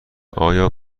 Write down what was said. آیا